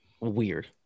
weird